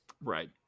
right